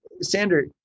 Sander